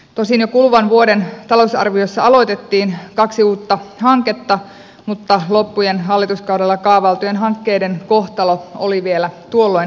tosin jo kuluvan vuoden talousarviossa aloitettiin kaksi uutta hanketta mutta loppujen hallituskaudella kaavailtujen hankkeiden kohtalo oli vielä tuolloin epävarma